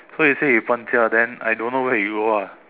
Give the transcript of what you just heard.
so you said you 搬家 then I don't know where you are